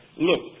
Look